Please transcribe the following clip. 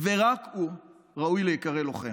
ורק הוא ראוי להיקרא לוחם.